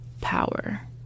power